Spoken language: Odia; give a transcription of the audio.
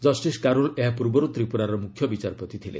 ଜଷ୍ଟିସ୍ କାରୋଲ୍ ଏହା ପୂର୍ବରୁ ତ୍ରିପୁରାର ମୁଖ୍ୟ ବିଚାରପତି ଥିଲେ